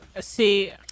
See